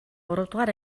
гуравдугаар